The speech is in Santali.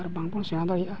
ᱟᱨ ᱵᱟᱝᱵᱚᱱ ᱥᱮᱬᱟ ᱫᱟᱲᱮᱭᱟᱜᱼᱟ